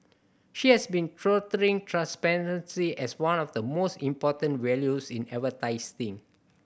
she has been touting transparency as one of the most important values in advertising